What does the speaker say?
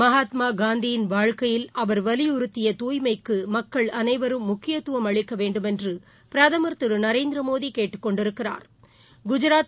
மகாத்மாகாந்தியின் வாழ்க்கையில் அவர் வலிறுத்திய தூய்மைக்குமக்கள் அனைவரும் முக்கியத்துவம் அளிக்கவேண்டுமென்றுபிரதமா் திருநரேந்திரமோடிகேட்டுக் கொண்டிருக்கிறாா்